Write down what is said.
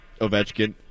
Ovechkin